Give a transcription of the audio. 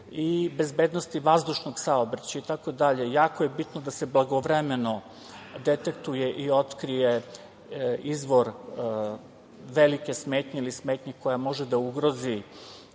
i bezbednosti vazdušnog saobraćaja itd, jako je bitno da se blagovremeno detektuje i otkrije izvor velike smetnje ili smetnje koja može da ugrozi